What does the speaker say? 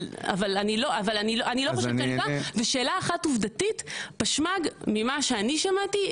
אבל אני לא --- ושאלה אחת עובדתית פשמ"ג לפי מה שאני שמעתי,